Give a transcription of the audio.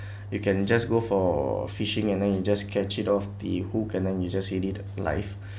you can just go for fishing and then you just catch it off the hook and then you just eat it live